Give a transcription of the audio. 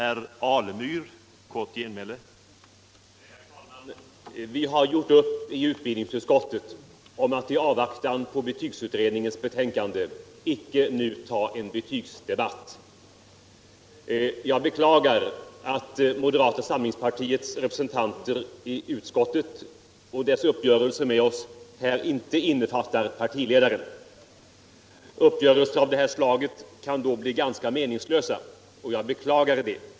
Herr talman! Vi har i utbildningsutskottet gjort upp om att i avvaktan på betygsutredningens betänkande icke nu ta en betygsdebatt. Jag beklagar att moderata samlingspartiets representanter i utskottet och deras uppgörelse med oss här inte innefattar partiledaren. Uppgörelser av detta slag kan då bli ganska meningslösa, och jag beklagar det.